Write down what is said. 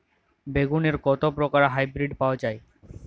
বেগুনের কত প্রকারের হাইব্রীড পাওয়া যায়?